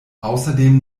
außerdem